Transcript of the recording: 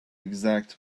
exact